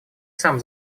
сам